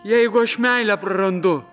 jeigu aš meilę prarandu